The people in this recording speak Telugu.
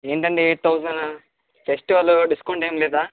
ఏంటండి ఎయిట్ థౌజండు ఫెస్టివలు డిస్కౌంట్ ఏం లేదా